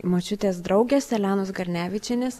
močiutės draugės elenos garnevičienės